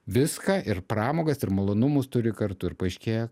viską ir pramogas ir malonumus turi kartu ir paaiškėja